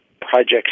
projects